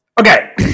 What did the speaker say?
okay